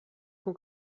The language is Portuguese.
com